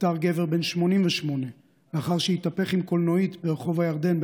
נפטר גבר בן 88 לאחר שהתהפך עם קלנועית ברחוב הירדן.